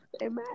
imagine